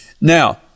Now